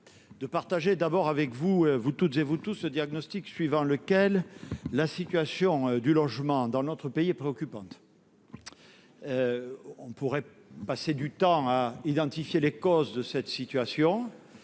de partager avec vous toutes et vous tous le diagnostic suivant : la situation du logement dans notre pays est préoccupante. Nous pourrions passer du temps à identifier les causes de cette situation.